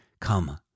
Come